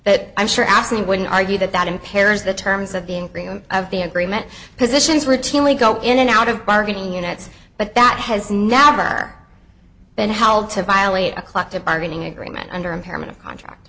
but i'm sure absent would argue that that impairs the terms of being the agreement positions routinely go in and out of bargaining units but that has never been held to violate a collective bargaining agreement under impairment of contract